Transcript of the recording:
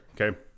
Okay